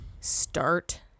start